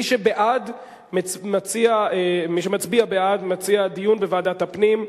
מי שמצביע בעד, מציע דיון בוועדת הפנים.